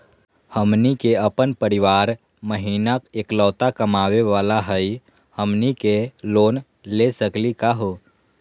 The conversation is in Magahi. हमनी के अपन परीवार महिना एकलौता कमावे वाला हई, हमनी के लोन ले सकली का हो?